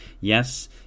Yes